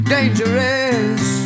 Dangerous